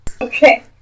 Okay